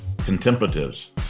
contemplatives